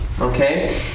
Okay